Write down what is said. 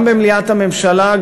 גם במליאת הממשלה,